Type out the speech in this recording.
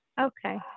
Okay